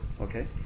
okay